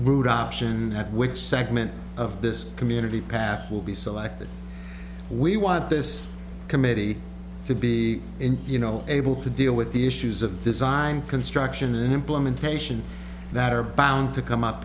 route option at which segment of this community pac will be selected we want this committee to be in you know able to deal with the issues of design construction and implementation that are bound to come up